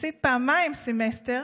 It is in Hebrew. הפסיד פעמיים סמסטר